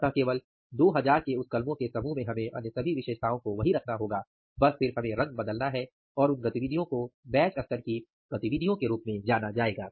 अतः केवल 2000 के इस समूह में हमें अन्य सभी विशेषताओं को वही रखना है बस सिर्फ हमें रंग बदलना है और उन गतिविधियों को बैच स्तर की गतिविधियों के रूप में जाना जाएगा